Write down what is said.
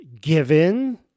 given